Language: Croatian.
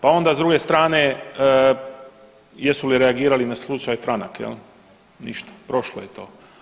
Pa onda s druge strane jesu li reagirali na slučaj franak, jel, ništa, prošlo je to.